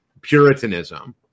Puritanism